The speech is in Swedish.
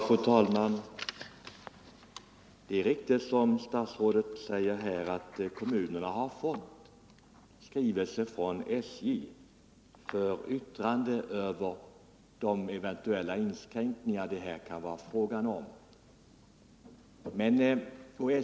Fru talman! Det är riktigt som statsrådet säger att kommunerna genom en skrivelse från SJ fått tillfälle att yttra sig över de inskränkningar det kan bli fråga om.